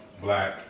black